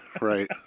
right